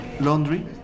laundry